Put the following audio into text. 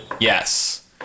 Yes